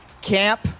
camp